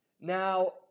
Now